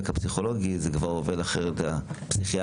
הפסיכולוגי זה כבר עובד אחרת בפסיכיאטרי,